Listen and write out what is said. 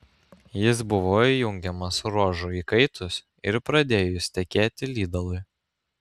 jis buvo įjungiamas ruožui įkaitus ir pradėjus tekėti lydalui